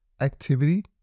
activity